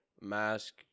mask